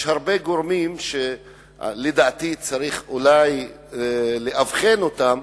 יש הרבה גורמים שלדעתי צריך אולי לאבחן אותם,